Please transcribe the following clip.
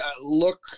look